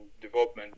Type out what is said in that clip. development